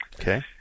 Okay